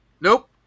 Nope